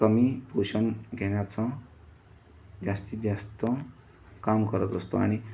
कमी पोषण घेण्याचं जास्तीत जास्त काम करत असतो आणि